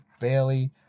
Bailey